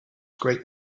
great